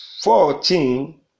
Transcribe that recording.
fourteen